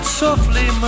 softly